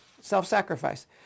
self-sacrifice